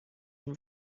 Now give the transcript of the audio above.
than